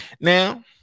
Now